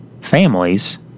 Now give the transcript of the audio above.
families